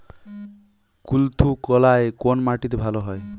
কুলত্থ কলাই কোন মাটিতে ভালো হয়?